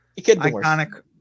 Iconic